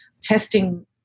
testing